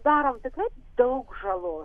darom tikrai daug žalos